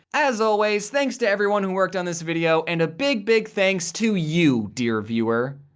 as always, thanks to everyone who worked on this video and a big, big thanks to you dear viewer.